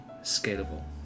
scalable